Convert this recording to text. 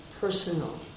personal